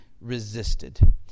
resisted